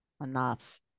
enough